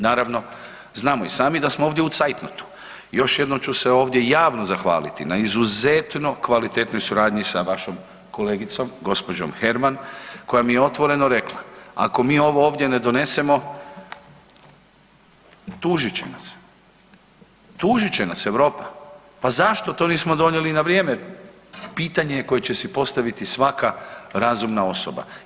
Naravno, znamo i sami da smo ovdje u zeitnotu, još jednom ću se ovdje javno zahvaliti na izuzetno kvalitetnoj suradnji sa vašom kolegicom gospođo Herman koja mi je otvoreno rekla, ako mi ovo ovdje ne donesemo tužit će nas, tužit će nas Europa, pa zašto to nismo donijeli na vrijeme, pitanje je koja će si postaviti svaka razumna osoba.